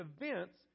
events